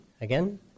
again